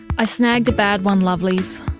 i snagged a bad one lovelies.